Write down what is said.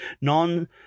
non